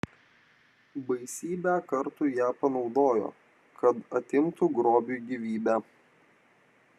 baisybę kartų ją panaudojo kad atimtų grobiui gyvybę